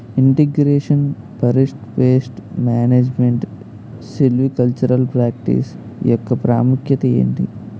integration forest pest management silvicultural practice యెక్క ప్రాముఖ్యత ఏంటి